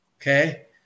okay